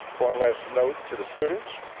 one last note to the students.